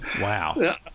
Wow